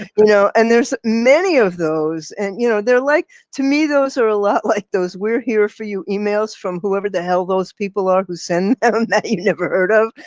you know, and there's many of those and you know, they're like, to me, those are a lot like those we're here for you emails from whoever the hell those people are. who send you never heard of,